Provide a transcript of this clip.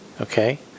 Okay